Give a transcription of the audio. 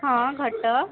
ହଁ ଘଟ